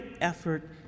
effort